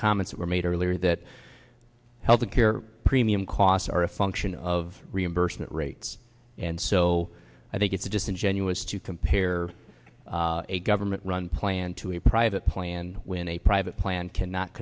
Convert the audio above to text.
comments were made earlier that health care premium costs are a function of reimbursement rates and so i think it's disingenuous to compare a government run plan to a private plan when a private plan cannot